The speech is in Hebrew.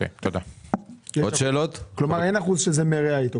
כלומר אין מי שזה מרע אתו?